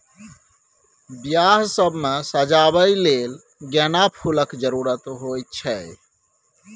बियाह सब मे सजाबै लेल गेना फुलक जरुरत होइ छै